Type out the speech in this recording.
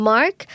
Mark